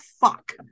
Fuck